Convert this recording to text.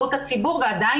אני